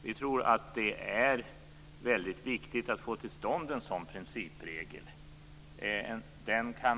Vi tror att det är väldigt viktigt att få till stånd en sådan principregel.